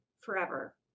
forever